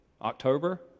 october